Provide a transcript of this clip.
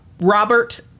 Robert